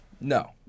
No